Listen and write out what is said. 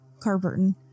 Carburton